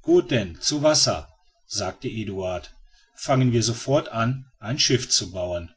gut denn zu wasser sagte eduard fangen wir sofort an ein schiff zu bauen